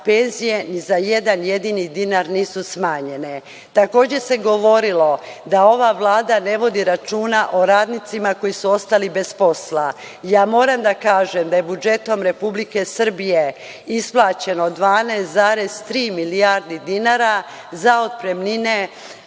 penzije ni za jedan jedini dinar nisu smanjene. Takođe se govorilo da ova vlada ne vodi računa o radnicima koji su ostali bez posla. Ja moram da kažem da je budžetom Republike Srbije isplaćeno 12,3 milijardi dinara za otpremnine